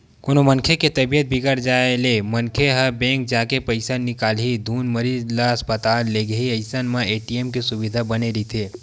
कोनो मनखे के तबीयत बिगड़ जाय ले मनखे ह बेंक जाके पइसा निकालही धुन मरीज ल अस्पताल लेगही अइसन म ए.टी.एम के सुबिधा बने रहिथे